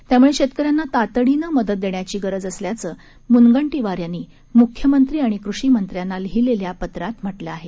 त्यामुळे शेतकऱ्यांना तातडीनं मदत देण्याची गरज असल्याचं मुनगंटीवार यांनी मुख्यमंत्री आणि कृषी मंत्र्यांना लिहिलेल्या पत्रात म्हटलं आहे